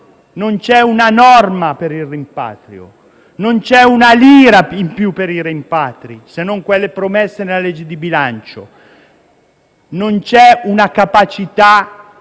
non c'è una norma che regoli il rimpatrio. Non c'è "una lira in più" per i rimpatri, se non le promesse nella legge di bilancio. Non c'è una capacità